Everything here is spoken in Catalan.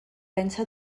pensa